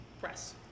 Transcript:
press